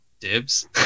Dibs